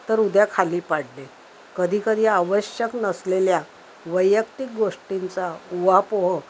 तर उद्या खाली पाडणे कधीकधी आवश्यक नसलेल्या वैयक्तिक गोष्टींचा ऊहापोह